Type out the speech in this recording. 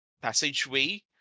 passageway